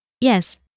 Yes